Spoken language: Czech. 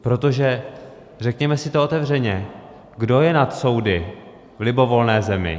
Protože řekněme si to otevřeně, kdo je nad soudy v libovolné zemi?